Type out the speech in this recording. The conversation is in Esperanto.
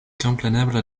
kompreneble